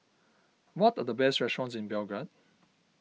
what are the best restaurants in Belgrade